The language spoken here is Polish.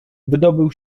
wydobył